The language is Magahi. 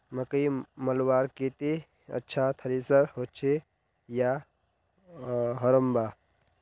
मकई मलवार केते अच्छा थरेसर होचे या हरम्बा?